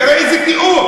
תראה איזה תיאור.